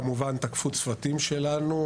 כמובן תקפו צוותים שלנו.